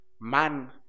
Man